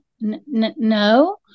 no